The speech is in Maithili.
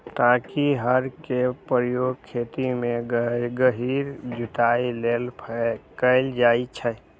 टांकी हर के उपयोग खेत मे गहींर जुताइ लेल कैल जाइ छै